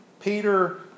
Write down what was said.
Peter